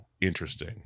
interesting